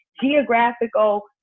geographical